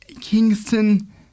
Kingston